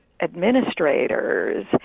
administrators